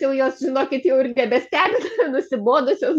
jau jos žinokit jau ir nebestebina nusibodusios